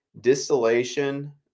distillation